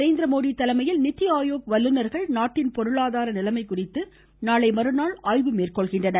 நரேந்திர மோடி தலைமையில் நிதிஆயோக் வல்லுநர்கள் நாட்டின் பொருளாதார நிலைமை குறித்து நாளை மறுநாள் ஆய்வு செய்ய உள்ளனர்